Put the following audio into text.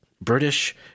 British